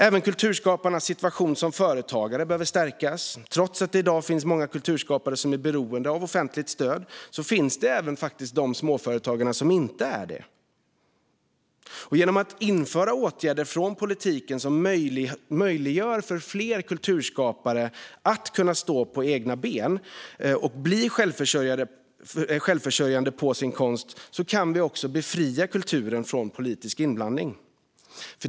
Även kulturskaparnas situation som företagare behöver stärkas. Trots att det i dag finns många kulturskapare som är beroende av offentligt stöd finns det faktiskt även småföretagare som inte är det. Genom att vidta politiska åtgärder som möjliggör för fler kulturskapare att stå på egna ben och bli självförsörjande på sin konst kan vi befria kulturen från politisk inblandning.